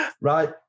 Right